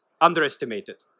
underestimated